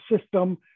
system